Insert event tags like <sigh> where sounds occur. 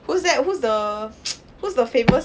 who's that who's the <noise> who's the famous